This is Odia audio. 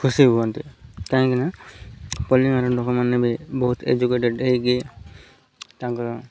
ଖୁସି ହୁଅନ୍ତି କାହିଁକିନା ପୋଲି ଗାଁର ଲୋକମାନେ ବି ବହୁତ ଏଜୁକେଟେଡ଼୍ ହେଇକି ତାଙ୍କର